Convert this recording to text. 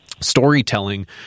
storytelling